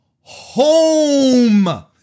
home